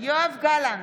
יואב גלנט,